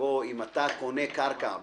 שבו אם אתה קונה קרקע בהטבה,